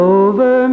over